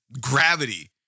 Gravity